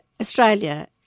Australia